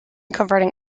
converting